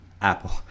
apple